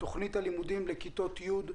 תוכנית הלימודים לכיתות י',